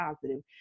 positive